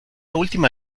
última